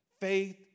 Faith